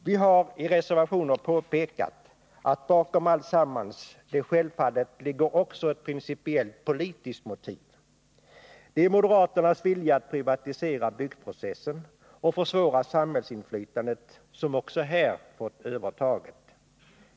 Vi har i reservationer påpekat att det bakom alltsammans självfallet också ligger ett principiellt politiskt motiv. Det är moderaternas vilja att privatisera byggprocessen och försvåra samhällsinflytandet som också här fått övertaget.